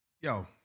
Yo